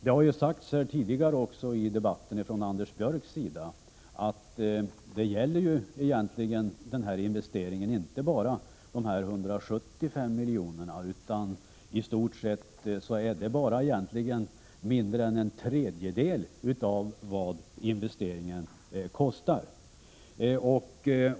Det har ju sagts här tidigare i debatten av Anders Björck, att den här aktuella investeringen inte bara gäller dessa 175 milj.kr. — det är egentligen mindre än en tredjedel av vad investeringen kostar.